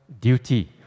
duty